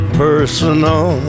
personal